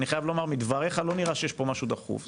כי אני חייב לומר שמדבריך לא נראה שיש פה משהו דחוף.